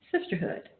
Sisterhood